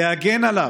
להגן עליו.